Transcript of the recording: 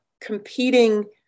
competing